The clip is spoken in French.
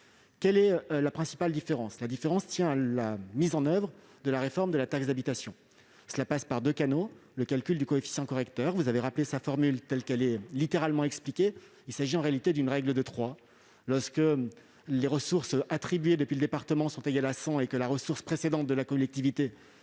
Quelle est la principale différence ? Elle tient à la mise en oeuvre de la réforme de la taxe d'habitation. Cela passe par deux canaux, dont le calcul du coefficient correcteur, dont vous avez rappelé la formule telle qu'elle est littéralement expliquée. Il s'agit, en réalité, d'une règle de trois : lorsque les ressources attribuées depuis le département sont égales à 100 et que la ressource précédente de la collectivité